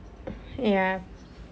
ya